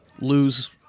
lose